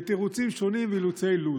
בתירוצים שונים ואילוצי לו"ז.